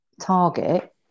target